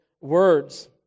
words